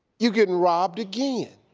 you getting robbed again.